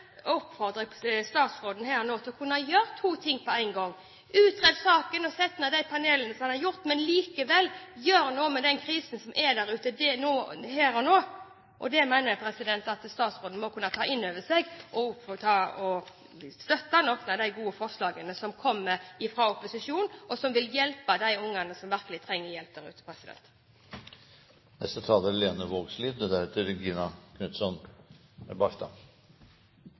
de panelene som han har gjort, men gjør likevel noe med den krisen som er der ute, her og nå. Det mener jeg at statsråden må kunne ta inn over seg, og også støtte noen av de gode forslagene som kommer fra opposisjonen, og som vil hjelpe de ungene der ute som virkelig trenger hjelp. Det er godt å få litt fart i debatten! Eg vil starte med å seie éin ting: Det er